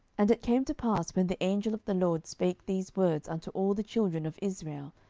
and it came to pass, when the angel of the lord spake these words unto all the children of israel,